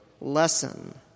lesson